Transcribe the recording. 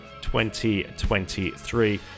2023